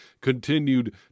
continued